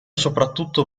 soprattutto